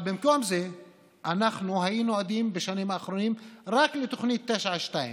אבל במקום זה היינו עדים בשנים האחרונות רק לתוכנית 922,